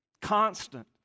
constant